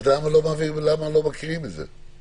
אז למה לא מקריאים את זה?